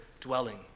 dwelling